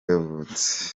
yavutse